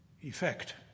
effect